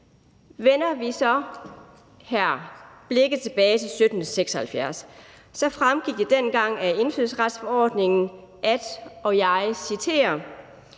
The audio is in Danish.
Vender vi så blikket tilbage til 1776, fremgik det dengang af indfødsretsforordningen, at indvandreres